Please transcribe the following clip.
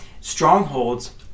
strongholds